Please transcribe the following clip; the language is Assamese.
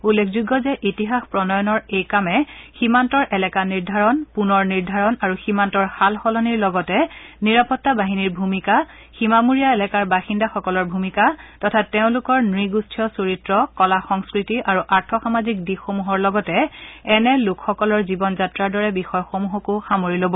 উল্লেখযোগ্য যে ইতিহাস প্ৰণয়নৰ এই কামে সীমান্তৰ এলেকা নিৰ্ধাৰণ পুনৰ নিৰ্ধাৰণ আৰু সীমান্তৰ সাল সলনিৰ লগতে নিৰাপত্তাবাহিনীৰ ভূমিকা সীমামূৰীয়া এলেকাৰ বাসিন্দাসকলৰ ভূমিকা তথা তেওঁলোকৰ নুগোষ্ঠীয় চৰিত্ৰ কলা সংস্কৃতি আৰু আৰ্থ সামাজিক দিশসমূহৰ লগতে এনে লোকসকলৰ জীৱনযাত্ৰাৰ দৰে বিষয়সমূহকো সামৰি ল'ব